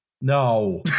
No